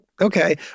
okay